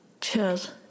cheers